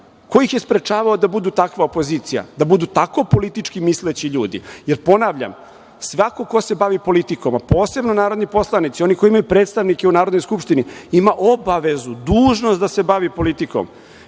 Ko ih je sprečavao da budu takva opozicija, da budu tako politički misleći ljudi? Jer, ponavljam, svako ko se bavi politikom, a posebno narodni poslanici, oni koji imaju predstavnike u Narodnoj skupštini, ima obavezu, dužnost da se bavi politikom. Mi